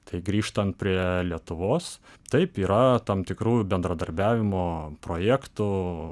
tai grįžtant prie lietuvos taip yra tam tikrų ir bendradarbiavimo projektų